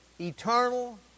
eternal